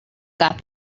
got